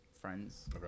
friends